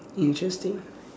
interesting